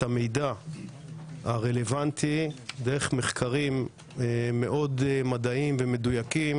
המידע הרלוונטי דרך מחקרים מאוד מדעיים ומדויקים,